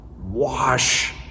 wash